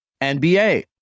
NBA